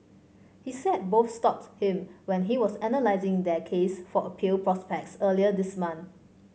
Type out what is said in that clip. he said both stopped him when he was analysing their case for appeal prospects earlier this month